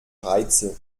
reize